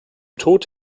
tod